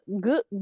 good